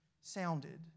sounded